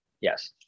Yes